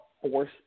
force